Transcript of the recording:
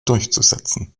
durchzusetzen